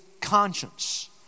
conscience